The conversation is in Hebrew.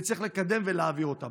וצריך לקדם ולהעביר אותן.